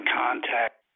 contact